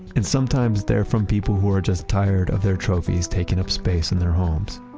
and sometimes they're from people who are just tired of their trophies taking up space in their homes.